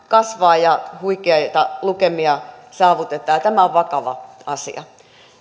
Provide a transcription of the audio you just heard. vain kasvaa ja huikeita lukemia saavutetaan ja tämä on vakava asia